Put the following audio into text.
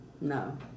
No